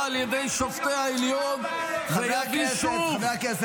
על ידי שופטי העליון ויגיע שוב -- מה בעיה?